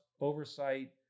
Oversight